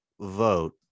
vote